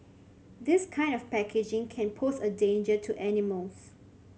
this kind of packaging can pose a danger to animals